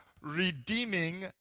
redeeming